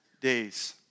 days